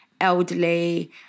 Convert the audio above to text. elderly